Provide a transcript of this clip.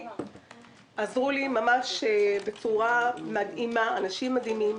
עזרו לי ממש בצורה מדהימה, אנשים מדהימים,